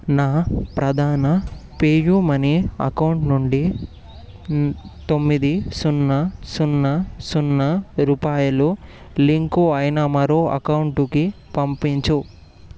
నా ప్రధాన PayU money account నుండి తొమ్మిది సున్నా సున్నా సున్నా రూపాయలు లింకు అయిన మరో అకౌంటుకి పంపించు